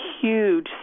huge